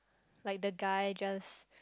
like the guy just